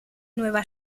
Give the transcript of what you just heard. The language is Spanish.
nueva